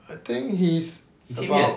I think he's about